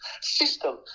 system